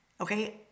Okay